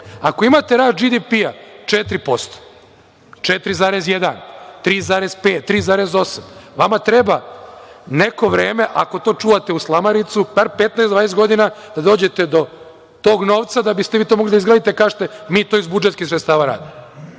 Ako imate rast BDP 4%, 4,1%, 3,5%, 3,8%, vama treba neko vreme, ako to čuvate u slamarici, bar 15-20 godina da dođete do tog novca da biste vi to mogli da izgradite i da kažete – mi to iz budžetskih sredstava radimo.